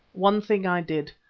one thing i did.